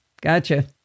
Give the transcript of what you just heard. gotcha